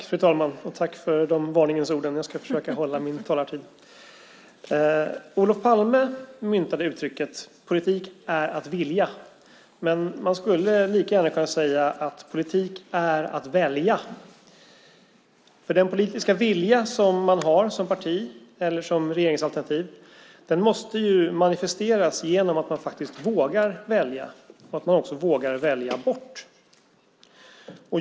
Fru talman! Olof Palme myntade uttrycket "Politik är att vilja". Men man skulle lika gärna kunna säga att politik är att välja. Den politiska vilja som man har som parti eller som regeringsalternativ måste manifesteras genom att man vågar välja och också vågar välja bort.